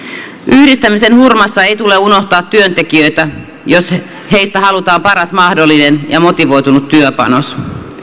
yhdistämisen hurmassa ei tule unohtaa työntekijöitä jos heistä halutaan paras mahdollinen ja motivoitunut työpanos